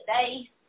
today